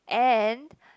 and